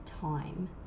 time